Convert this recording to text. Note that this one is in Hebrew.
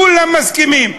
כולם מסכימים,